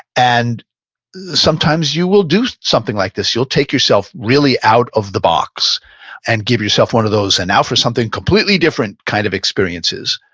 and sometimes you will do something like this. you'll take yourself really out of the box and give yourself one of those and now for something completely different kind of experiences,